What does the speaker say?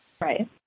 Right